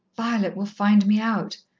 violet will find me out,